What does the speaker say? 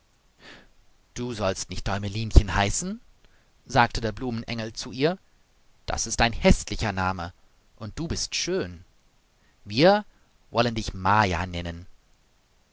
du sollst nicht däumelinchen heißen sagte der blumenengel zu ihr das ist ein häßlicher name und du bist schön wir wollen dich maja nennen